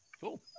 Cool